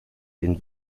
den